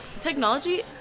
Technology